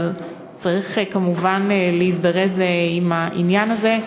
אבל צריך כמובן להזדרז עם העניין הזה.